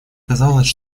казалось